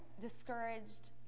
discouraged